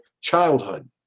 childhood